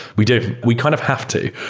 we do. we kind of have to.